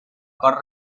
cort